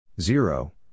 Zero